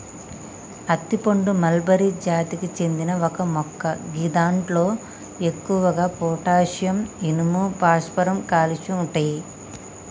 అత్తి పండు మల్బరి జాతికి చెందిన ఒక మొక్క గిదాంట్లో ఎక్కువగా పొటాషియం, ఇనుము, భాస్వరం, కాల్షియం ఉంటయి